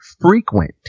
frequent